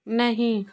नहीं